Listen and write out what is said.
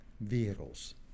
vehicles